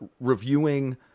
reviewing